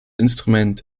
instrument